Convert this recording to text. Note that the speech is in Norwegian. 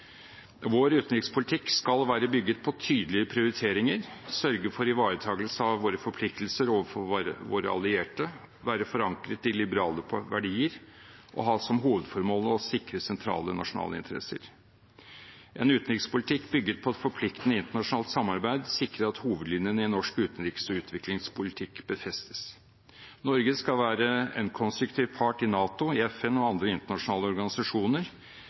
Vår utenrikspolitikk skal være bygget på tydelige prioriteringer, sørge for ivaretakelse av våre forpliktelser overfor våre allierte, være forankret i liberale verdier og ha som hovedformål å sikre sentrale nasjonale interesser. En utenrikspolitikk bygget på et forpliktende internasjonalt samarbeid sikrer at hovedlinjene i norsk utenriks- og utviklingspolitikk befestes. Norge skal være en konstruktiv part i NATO, i FN og i andre internasjonale organisasjoner,